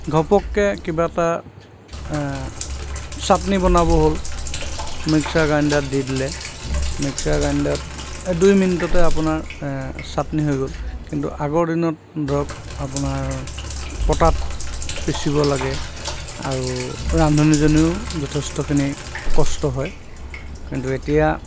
ঘপককৈ কিবা এটা চাটনি বনাব হ'ল মিক্সাৰ গ্ৰাইণ্ডাৰত দি দিলে মিক্সাৰ গ্ৰাইণ্ডাৰত দুই মিনিটতে আপোনাৰ ছাটনি হৈ গ'ল কিন্তু আগৰ দিনত ধৰক আপোনাৰ পটাত পিছিব লাগে আৰু ৰান্ধনীজনীও যথেষ্টখিনি কষ্ট হয় কিন্তু এতিয়া